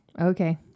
Okay